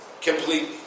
completely